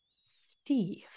Steve